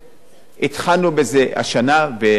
התחלנו בזה השנה בפסח.